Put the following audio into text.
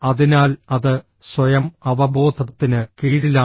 അതിനാൽ അത് സ്വയം അവബോധത്തിന് കീഴിലാണ്